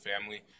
family